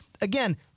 again